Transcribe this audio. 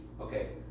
okay